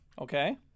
Okay